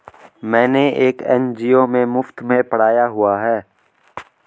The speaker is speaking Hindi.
मैंने एक एन.जी.ओ में मुफ़्त में पढ़ाया हुआ है